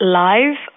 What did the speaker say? live